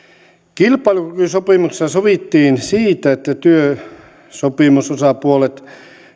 kilpailukykysopimuksessa sovittiin siitä että työsopimusosapuolet